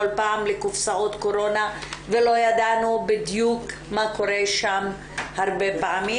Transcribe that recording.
פעם לקופסאות קורונה ולא ידענו בדיוק מה קורה שם הרבה פעמים.